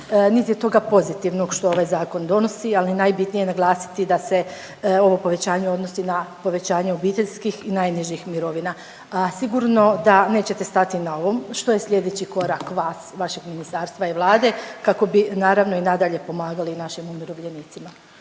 je toga pozitivnog što ovaj zakon donosi, ali je najbitnije naglasiti da se ovo povećanje odnosi na povećanje obiteljskih i najnižih mirovina, a sigurno da nećete stati na ovom. Što je sljedeći korak vas i vašeg ministarstva i Vlade kako bi naravno i nadalje pomagali našim umirovljenicima?